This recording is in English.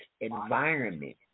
environment